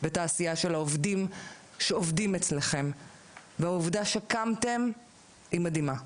את העשייה של העובדים שעובדים אצלכם והעובדה שקמתם היא מדהימה,